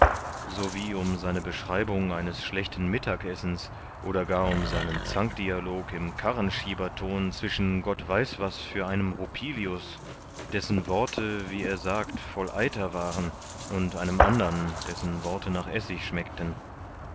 so wie um seine beschreibung eines schlechten mittagessens oder gar um seinen zankdialog im karrenschieberton zwischen gott weiß was für einen rupilius dessen worte wie er sagt voll eiter waren und einem andern dessen worte nach essig schmeckten